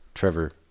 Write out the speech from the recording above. Trevor